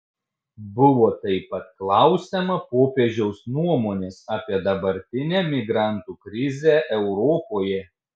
buvo taip pat klausiama popiežiaus nuomonės apie dabartinę migrantų krizę europoje